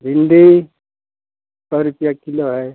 भिंडी सौ रुपया किलो है